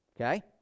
okay